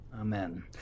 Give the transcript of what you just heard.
Amen